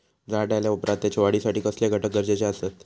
झाड लायल्या ओप्रात त्याच्या वाढीसाठी कसले घटक गरजेचे असत?